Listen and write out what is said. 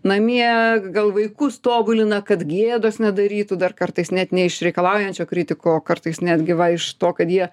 namie gal vaikus tobulina kad gėdos nedarytų dar kartais net ne iš reikalaujančio kritiko o kartais netgi va iš to kad jie